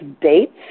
dates